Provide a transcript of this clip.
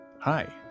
Hi